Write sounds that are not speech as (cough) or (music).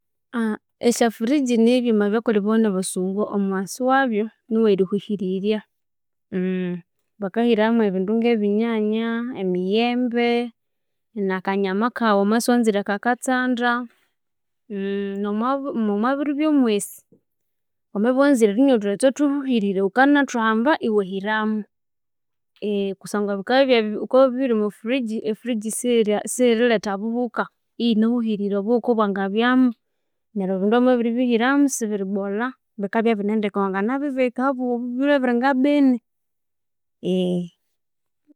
(hesitation) esha fridege nibyuma byakolhebawa na abasungu omughasu wabyu niwe rihuhirirya, (hesitation) bakahiramu ebinfu nge binyanya, emiyembe na kanyama kaghu wamabya isiwanzire kakatsanda, (hesitation) nomwa biro ebyo mwesi wamabya iwanzire erinywa othughetse othuhuhirire ghukanathuhamba iwahiramu (hesitation) kusangwa ghuka ghukabya iwabiribihira omwa fridge, e fridge sighirilhetha obuhuka iyi nahuhirire obuthuku obwangabyamu neryo ebindu wamabiribihiramu sibirir bolha bikabya ibineneke ghukanabibika ahabwe ebiro ebieinga nga bini. (hesitation)